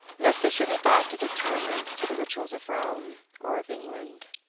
lest they should be thought to give countenance to the rituals of rome or of england.